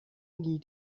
nie